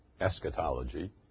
eschatology